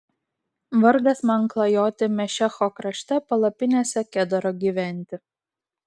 vargas man klajoti mešecho krašte palapinėse kedaro gyventi